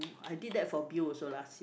I did that for Bill also last year